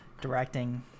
Directing